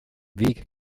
weg